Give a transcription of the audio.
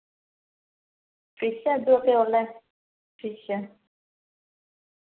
fish എന്തൊക്കെയാണ് ഉള്ളത് fish